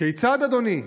כיצד אדוני,